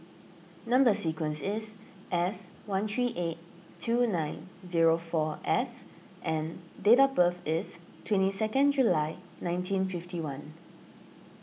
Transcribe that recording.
Number Sequence is S one three eight two nine zero four S and date of birth is twenty second July nineteen fifty one